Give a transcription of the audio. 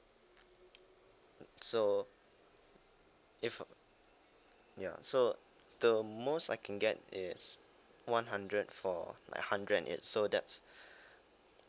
so if ya so the most I can get is one hundred for like hundred and eight so that's